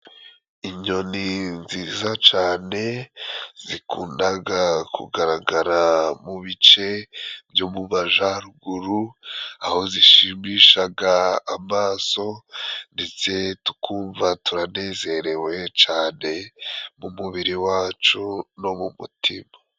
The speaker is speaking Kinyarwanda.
Inyoni nziza cane zikundaga kugaragara mu bice byo mu majaruguru aho zishimishaga amaso ndetse tukumva turanezerewe cane mu mubiri wacu no mu mutima.